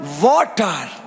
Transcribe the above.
water